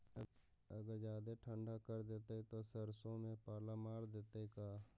अगर जादे ठंडा कर देतै तब सरसों में पाला मार देतै का?